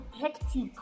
hectic